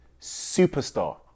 superstar